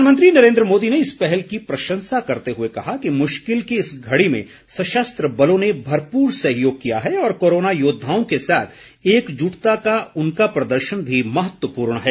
प्रधानमंत्री नरेन्द्र मोदी ने इस पहल की प्रशंसा करते हुए कहा कि मुश्किल की घड़ी में सशस्त्र बलों ने भरपूर सहयोग किया है और कोरोना योद्वाओं के साथ एकजुटता का उनका प्रदर्शन भी महत्वपूर्ण है